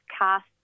cast